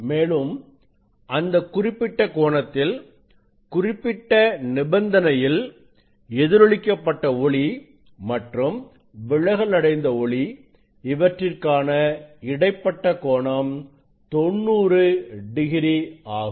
மேலும் அந்த குறிப்பிட்ட கோணத்தில் குறிப்பிட்ட நிபந்தனையில் எதிரொளிக்கப்பட்ட ஒளி மற்றும் விலகல் அடைந்த ஒளி இவற்றிற்கான இடைப்பட்ட கோணம் 90 டிகிரி ஆகும்